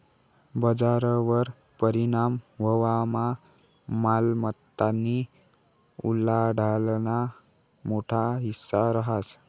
बजारवर परिणाम व्हवामा मालमत्तानी उलाढालना मोठा हिस्सा रहास